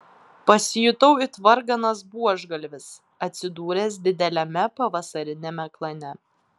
pasijutau it varganas buožgalvis atsidūręs dideliame pavasariniame klane